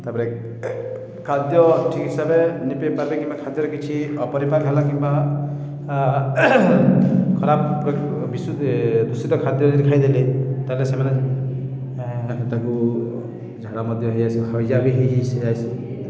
ତାପରେ ଖାଦ୍ୟ ଠିକ୍ ହିସାବରେ ନାଇଁ କରିପାରିଲେ କିମ୍ବା ଖାଦ୍ୟରେ କିଛି ଅପରିପାଗ ହେଲା କିମ୍ବା ଖରାପ ବିଦ୍ ଦୂଷିତ ଖାଦ୍ୟ ଯଦି ଖାଇଦେଲେ ତାହେଲେ ସେମାନେ ତାକୁ ଝାଡ଼ା ମଧ୍ୟ ହେଇଯାଇସି ହଇଜା ବି ହେଇଯାଇସି